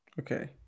okay